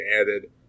added